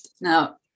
Now